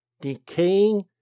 decaying